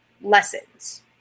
lessons